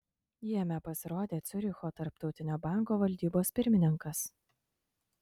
jame pasirodė ciuricho tarptautinio banko valdybos pirmininkas